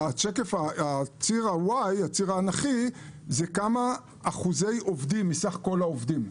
הציר האנכי זה כמה אחוזי עובדים מסך כל העובדים.